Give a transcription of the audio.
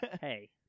Hey